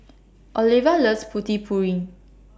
Oliva loves Putu Piring